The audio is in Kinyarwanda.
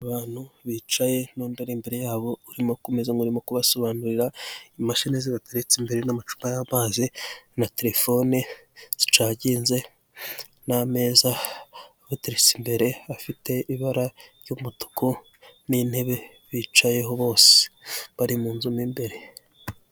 Abantu bicaye n'undi uri imbere yabo urimo ku meza nk'urimo kubasobanurira, imashini zibateretse imbere n'amacupa yamazi na telefone zicaginze n'ameza abateretse imbere afite ibara ry'umutuku n'intebe bicayeho, bose bari mu nzu mo imbere.